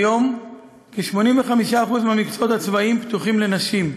כיום כ-85% מהמקצועות הצבאיים פתוחים לנשים,